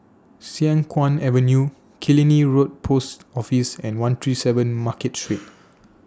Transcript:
Siang Kuang Avenue Killiney Road Post Office and one three seven Market Street